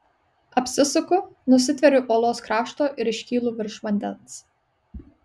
apsisuku nusitveriu uolos krašto ir iškylu virš vandens